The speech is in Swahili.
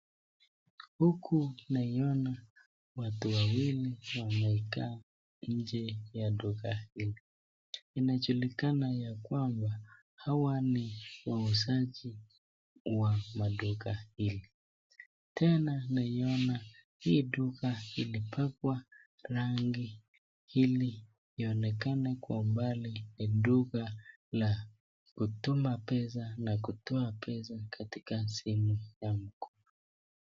Huku naiona watu wawili wamekaa nje ya duka hili. Inajulikana ya kwamba hawa ni wauzaji wa maduka hili. Tena naiona hii duka ilibakwa rangi ili ionekane kwa umbali duka la kutuma pesa na kutoa pesa katika sehemu fulani.